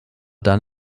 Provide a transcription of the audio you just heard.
dann